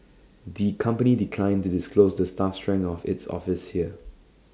the company declined to disclose the staff strength of its office here